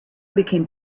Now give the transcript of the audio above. became